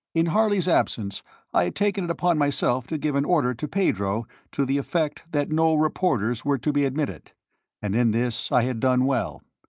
in harley's absence i had taken it upon myself to give an order to pedro to the effect that no reporters were to be admitted and in this i had done well.